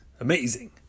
amazing